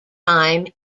time